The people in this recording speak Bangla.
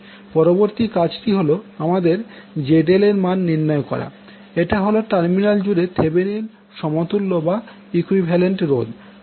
পরবর্তী কাজটি হল আমাদের ZL এর মান নির্ণয় করা এটা হল টার্মিনাল জুড়ে থেভেনিন সমতুল্য বা ইকুইভ্যালেন্ট এর রোধ